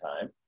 time